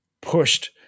pushed